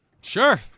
Sure